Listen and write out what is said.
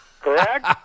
Correct